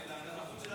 אדוני היושב-ראש,